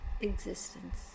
existence